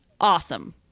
awesome